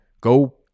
go